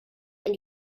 and